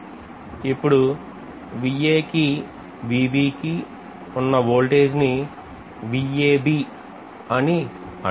ఇప్పుడు కివున్న వోల్టేజ్ని అని అంటాం